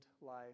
life